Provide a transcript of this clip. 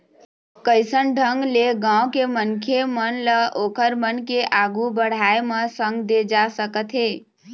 कइसन ढंग ले गाँव के मनखे मन ल ओखर मन के आघु बड़ाय म संग दे जा सकत हे